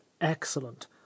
excellent